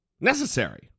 necessary